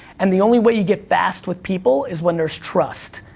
and the only way you get fast with people is when there's trust.